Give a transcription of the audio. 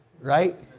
right